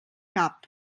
cap